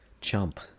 chump